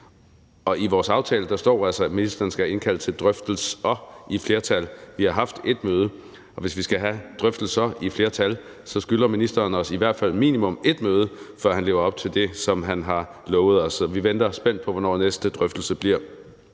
og i vores aftale står altså, at ministeren skal indkalde til drøftelser i flertal. Vi har haft ét møde, og hvis vi skal have drøftelser i flertal, skylder ministeren os i hvert fald minimum ét møde, før han lever op til det, som han har lovet os. Så vi venter spændt på, hvornår næste drøftelse bliver.